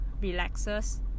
relaxes